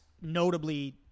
notably